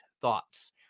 Thoughts